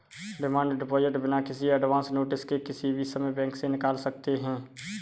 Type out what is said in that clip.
demand deposit बिना किसी advance notice के किसी भी समय बैंक से निकाल सकते है